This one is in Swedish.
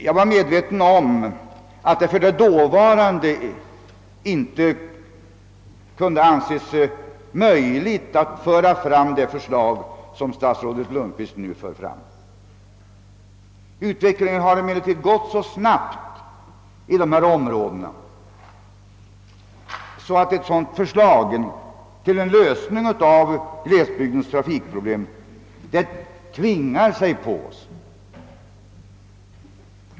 Jag var medveten om att ået för det dåvarande inte kunde anses möjligt att föra fram det förslag, som statsrådet Lundkvist nu skisserade. Utvecklingen har emellertid gått så snabbt i dessa områden att ett sådant förslag till en lösning av glesbygdens trafikproblem tvingar sig på Oss.